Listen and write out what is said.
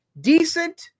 decent